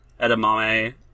edamame